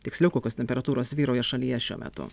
tiksliau kokios temperatūros vyrauja šalyje šiuo metu